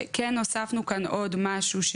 שכן הוספנו כאן עוד משהו,